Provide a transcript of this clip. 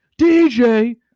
DJ